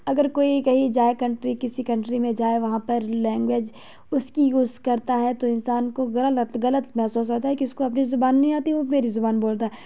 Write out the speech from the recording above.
اگر کوئی کہیں جائے کنٹری کسی کنٹری میں جائے وہاں پر لینگویج اس کی یوز کرتا ہے تو انسان کو غلط محسوس ہوتا ہے کہ اس کو اپنی زبان نہیں آتی وہ میری زبان بولتا ہے